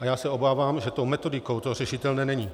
A já se obávám, že tou metodikou to řešitelné není.